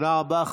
תודה רבה.